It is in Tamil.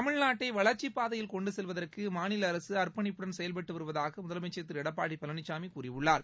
தமிழ்நாட்டை வளர்ச்சிப் பாதையில் கொண்டு செல்வதற்கு மாநில அரசு அர்ப்பணிப்புடன் செயல்பட்டு வருவதாக முதலமைச்சர் திரு எடப்பாடி பழனிசாமி கூறியுள்ளார்